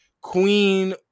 queen